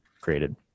created